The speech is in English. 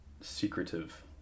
secretive